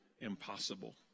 impossible